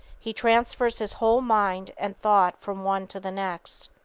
he transfers his whole mind and thought from one to the next.